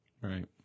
Right